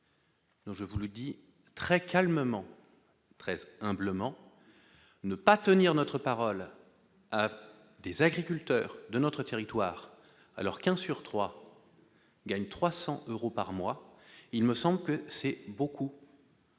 je vous le dis très calmement très humblement ne pas tenir notre parole des agriculteurs de notre territoire alors qu'un sur 3 gagne 300 euros par mois, il me semble que c'est beaucoup.